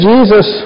Jesus